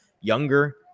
younger